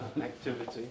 activity